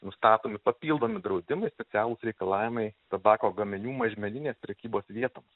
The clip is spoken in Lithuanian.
nustatomi papildomi draudimai specialūs reikalavimai tabako gaminių mažmeninės prekybos vietoms